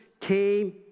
came